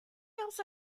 also